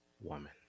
woman